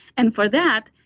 and for that,